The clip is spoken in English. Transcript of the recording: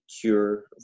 cure